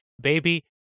baby